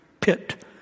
pit